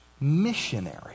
Missionary